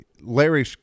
Larry